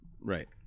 Right